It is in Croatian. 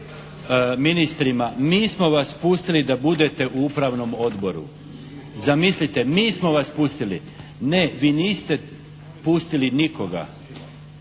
ministrima, mi smo vas pustili da budete u upravnom odboru. Zamislite mi smo vas pustili! Ne, vi niste pustili nikoga